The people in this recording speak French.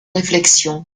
réflexion